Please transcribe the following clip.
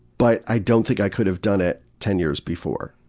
but i don't think i could have done it ten years before.